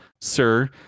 sir